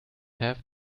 have